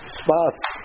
spots